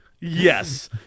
Yes